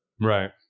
Right